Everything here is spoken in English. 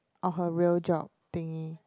or her real job thingy